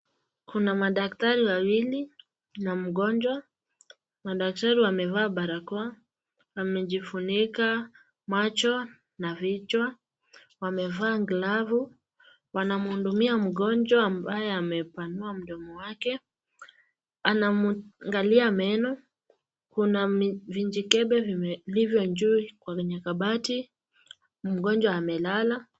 Kuna madaktari wawili na mgonjwa madaktari wamevaa barakoa wamejifunika macho na vichwa. Wamevaa glavu wanamhudumia mgonjwa ambaye amepanua mdomo wake anamwangalia meno kuna vijikebe viko juu kwenye kabati, mgonjwa amelala.